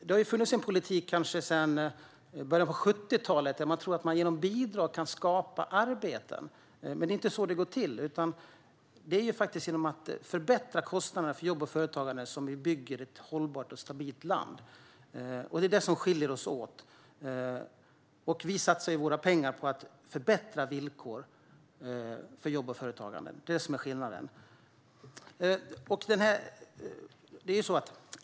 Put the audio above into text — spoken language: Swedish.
Det finns en politik, som kanske har funnits sedan början av 70-talet, där man tror att man genom bidrag kan skapa arbeten. Men det är inte så det går till. Det är genom att minska kostnaderna för jobb och företagande som vi bygger ett hållbart och stabilt land. Det är detta som skiljer oss åt. Vi satsar våra pengar på att förbättra villkoren för jobb och företagande. Det är detta som är skillnaden.